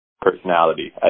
personality